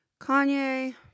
Kanye